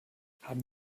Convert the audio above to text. haben